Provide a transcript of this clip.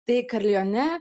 tai karilione